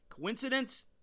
Coincidence